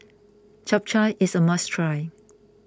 Japchae is a must try